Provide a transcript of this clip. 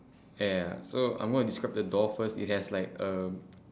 ya ya ya so I'm going to describe the door first it has like um